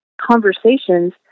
conversations